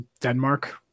Denmark